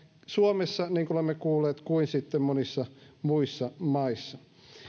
suomessa niin kuin olemme kuulleet kuin sitten monissa muissa maissa